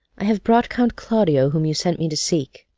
i have brought count claudio, whom you sent me to seek.